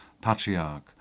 patriarch